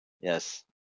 Yes